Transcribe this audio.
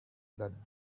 that